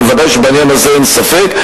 ודאי שבעניין הזה אין ספק.